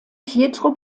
pietro